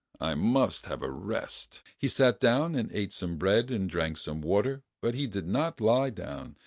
i must have a rest. he sat down, and ate some bread and drank some water but he did not lie down,